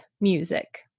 music